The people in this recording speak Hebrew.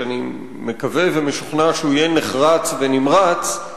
שאני מקווה ומשוכנע שהוא יהיה נחרץ ונמרץ,